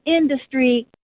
industry